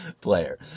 player